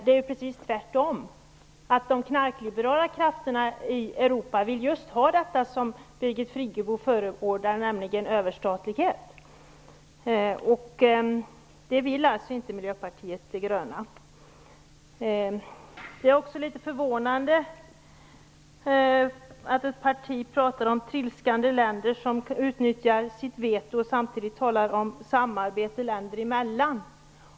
Det är ju precis tvärtom. De knarkliberala krafterna i Europa vill ha just det som Birgit Friggebo förespråkar, alltså överstatlighet. Det vill inte Miljöpartiet de gröna. Det är också litet förvånande att ett parti som talar om trilskande länder som utnyttjar sitt veto samtidigt talar om samarbete länder emellan.